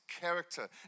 character